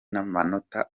n’amanota